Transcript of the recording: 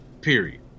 period